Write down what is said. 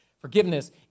forgiveness